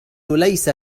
ليس